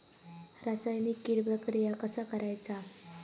रासायनिक कीड प्रक्रिया कसा करायचा?